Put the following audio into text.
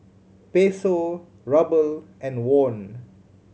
Peso Ruble and Won